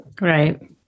Right